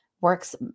works